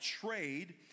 trade